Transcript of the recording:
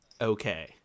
okay